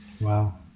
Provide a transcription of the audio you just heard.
Wow